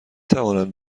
توانند